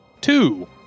Two